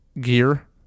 gear